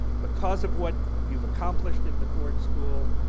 because of what you've accomplished at the ford school,